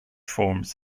forms